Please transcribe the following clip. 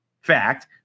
Fact